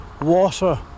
water